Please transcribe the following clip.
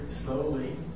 slowly